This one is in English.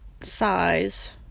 size